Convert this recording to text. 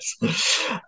yes